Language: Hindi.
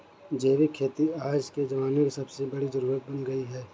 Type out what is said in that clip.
जैविक खेती आज के ज़माने की सबसे बड़ी जरुरत बन गयी है